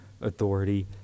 authority